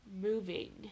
moving